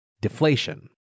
Deflation